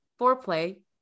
foreplay